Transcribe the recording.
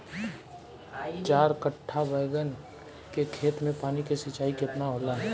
चार कट्ठा बैंगन के खेत में पानी के सिंचाई केतना होला?